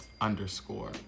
underscore